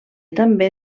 també